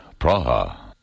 Praha